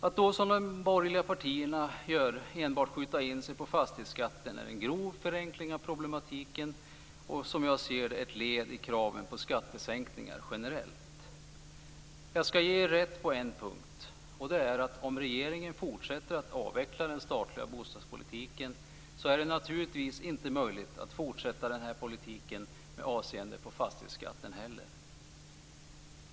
Att då, som de borgerliga partierna gör, enbart skjuta in sig på fastighetsskatten, är en grov förenkling av problematiken och, som jag ser det, ett led i kraven på skattesänkningar generellt. Jag skall dock ge er rätt på en punkt. Om regeringen fortsätter att avveckla den statliga bostadspolitiken är det naturligtvis inte möjligt att fortsätta den här politiken med avseende på fastighetsskatten heller.